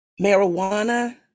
marijuana